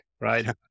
right